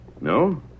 No